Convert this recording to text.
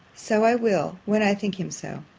so i will, when i think him so.